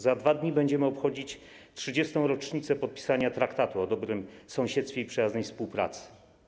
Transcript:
Za 2 dni będziemy obchodzić 30. rocznicę podpisania traktatu o dobrym sąsiedztwie i przyjaznej współpracy.